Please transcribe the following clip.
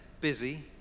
busy